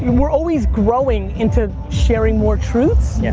we're always growing into sharing more truths, yeah